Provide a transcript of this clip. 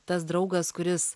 tas draugas kuris